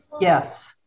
Yes